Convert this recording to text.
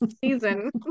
Season